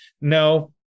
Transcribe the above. No